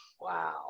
Wow